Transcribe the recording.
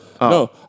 No